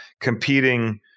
competing